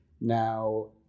Now